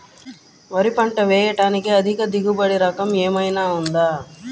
వరి పంట వేయటానికి అధిక దిగుబడి రకం ఏమయినా ఉందా?